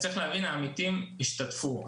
צריך להבין, העמיתים השתתפו.